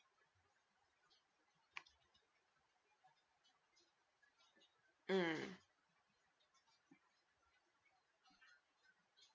mm